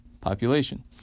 population